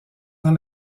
dans